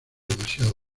demasiado